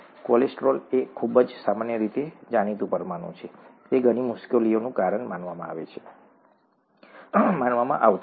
cholesterol એક ખૂબ જ સામાન્ય રીતે જાણીતું પરમાણુ છે તે ઘણી મુશ્કેલીનું કારણ માનવામાં આવતું હતું